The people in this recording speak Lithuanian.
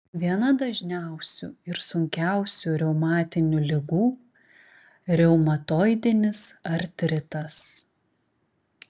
viena dažniausių ir sunkiausių reumatinių ligų reumatoidinis artritas